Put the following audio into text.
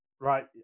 right